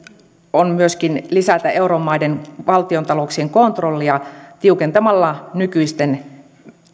on myöskin lisätä euromaiden valtiontalouksien kontrollia tiukentamalla näitten nykyisten